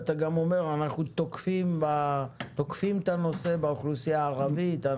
ואתה גם אומר שאתם תוקפים את הנושא באוכלוסייה הערבית,